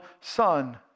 son